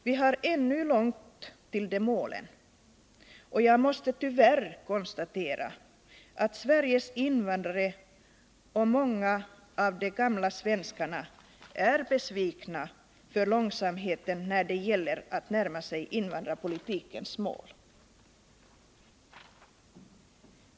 Vi har ännu långt till de målen, och jag måste tyvärr konstatera att Sveriges invandrare och många av de gamla svenskarna är besvikna över långsamheten när det gäller att närma sig invandrarpolitikens mål.